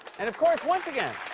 and of course, once again